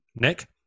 Nick